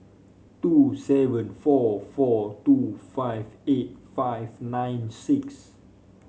two seven four four two five eight five nine six